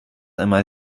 einmal